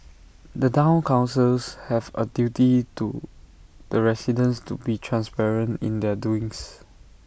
the Town councils have A duty to the residents to be transparent in their doings